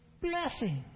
blessing